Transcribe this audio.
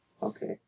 Okay